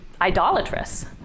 idolatrous